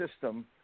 system